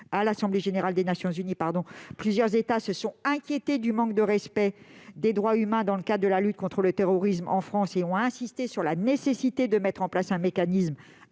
à l'Assemblée générale des Nations Unies, plusieurs États se sont inquiétés du manque de respect des droits humains dans le cadre de la lutte contre le terrorisme en France. Ils ont insisté sur la nécessité de mettre en place un mécanisme